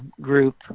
group